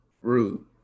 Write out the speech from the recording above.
rude